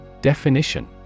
Definition